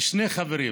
שני חברים.